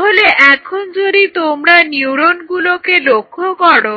তাহলে এখন যদি তোমরা নিউরনগুলোকে লক্ষ্য করো